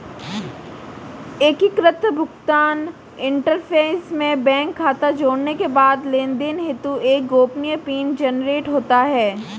एकीकृत भुगतान इंटरफ़ेस में बैंक खाता जोड़ने के बाद लेनदेन हेतु एक गोपनीय पिन जनरेट होता है